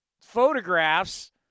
photographs